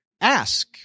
Ask